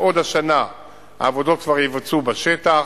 שעוד השנה העבודות כבר יבוצעו בשטח,